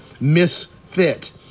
misfit